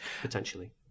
potentially